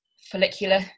follicular